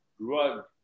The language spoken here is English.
drug